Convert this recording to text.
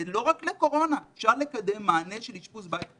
ולא רק לקורונה, מענה של אשפוז בית.